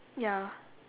ya